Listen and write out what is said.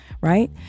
right